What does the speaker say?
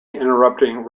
interpreting